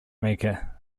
maker